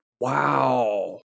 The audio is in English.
wow